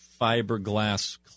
fiberglass